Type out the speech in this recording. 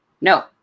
No